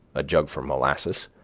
a jug for molasses,